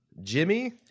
Jimmy